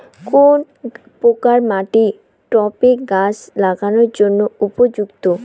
কোন প্রকার মাটি টবে গাছ লাগানোর জন্য উপযুক্ত?